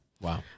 Wow